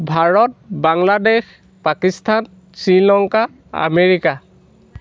Bharat Bangladesh Pakistan Sri Lanka America